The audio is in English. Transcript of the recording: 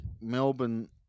Melbourne